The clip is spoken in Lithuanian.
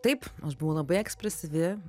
taip aš buvau labai ekspresyvi